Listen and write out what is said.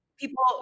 People